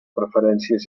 preferències